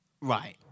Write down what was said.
Right